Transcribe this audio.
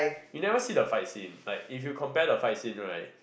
you never see the fight scene like if you compare the fight scene right